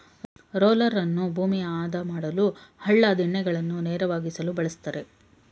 ರೋಲರನ್ನು ಭೂಮಿಯ ಆದ ಮಾಡಲು, ಹಳ್ಳ ದಿಣ್ಣೆಗಳನ್ನು ನೇರವಾಗಿಸಲು ಬಳ್ಸತ್ತರೆ